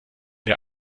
der